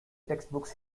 textbooks